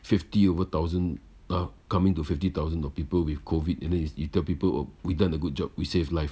fifty over thousand ah coming to fifty thousand of people with COVID and then you tell people we done a good job we save life